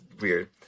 weird